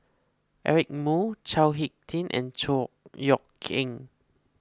Eric Moo Chao Hick Tin and Chor Yeok Eng